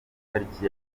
itariki